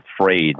afraid